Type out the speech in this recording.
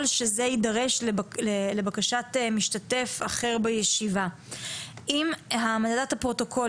שזה יידרש לבקשת משתתף אחר בישיבה אם העמדת הפרוטוקול